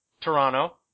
Toronto